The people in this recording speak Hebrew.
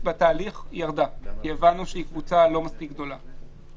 בתהליך, כי הבנו שהיא קבוצה לא מספיק גדולה.